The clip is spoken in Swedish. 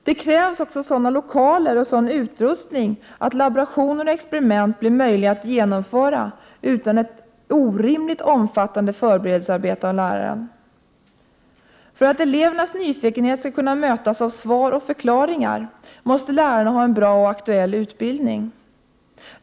Det krävs då även sådana lokaler och sådan utrustning att laborationer och experiment blir möjliga att genomföra utan ett orimligt omfattande förberedelsearbete av läraren. För att elevernas nyfikenhet skall kunna mötas av svar och förklaringar måste lärarna ha en bra och aktuell utbildning.